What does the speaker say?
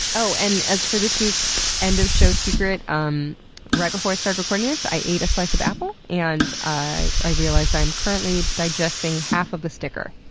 oh, and as for this week's end of show secret, um right before i started recording this, i ate a slice of apple. and i i realized i am currently digesting half of the sticker.